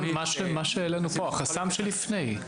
מה שהעלינו פה החסם שלפני.